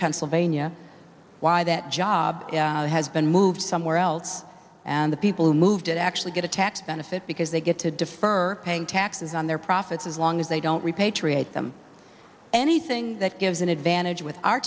pennsylvania why that job has been moved somewhere else and the people who moved it actually get a tax benefit because they get to defer paying taxes on their profits as long as they don't repatriate them anything that gives an advantage with our